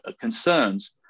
concerns